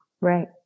right